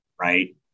right